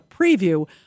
preview